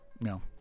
No